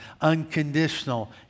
unconditional